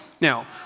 Now